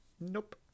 Nope